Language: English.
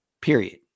Period